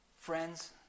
Friends